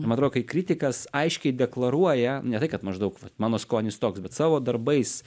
ma atro kai kritikas aiškiai deklaruoja ne tai kad maždaug va mano skonis toks bet savo darbais